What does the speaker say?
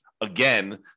again